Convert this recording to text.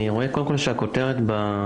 אני רואה שהכותרת של